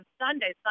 Sunday